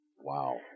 Wow